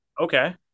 Okay